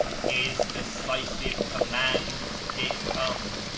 his decisive command did come,